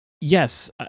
Yes